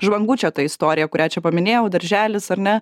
žvangučio ta istorija kurią čia paminėjau darželis ar ne